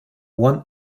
one